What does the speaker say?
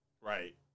Right